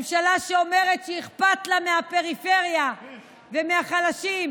ממשלה שאומרת שאכפת לה מהפריפריה ומהחלשים,